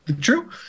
true